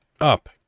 up